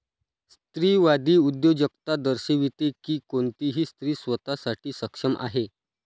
स्त्रीवादी उद्योजकता दर्शविते की कोणतीही स्त्री स्वतः साठी सक्षम आहे